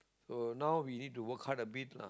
so now we need to work hard a bit lah